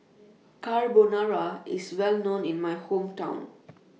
Carbonara IS Well known in My Hometown